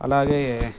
అలాగే